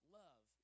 love